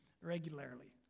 regularly